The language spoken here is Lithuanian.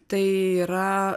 tai yra